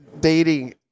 dating